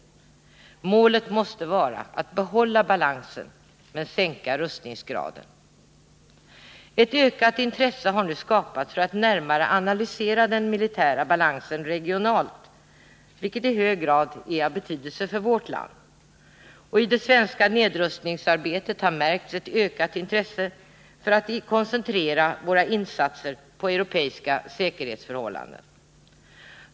Målet måste vara att behålla balansen men sänka rustningskraven. Ett ökat intresse har nu skapats för att närmare analysera den militära balansen regionalt, vilket i hög grad är av betydelse för vårt land. I det svenska nedrustningsarbetet har det märkts ett ökat intresse för att koncentrera våra insatser på europeiska säkerhetsförhållanden.